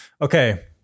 Okay